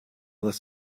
was